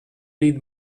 need